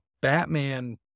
Batman